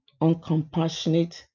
uncompassionate